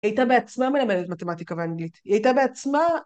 היא הייתה בעצמה מלמדת מתמטיקה ואנגלית, היא הייתה בעצמה...